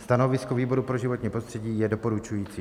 Stanovisko výboru pro životní prostředí je doporučující.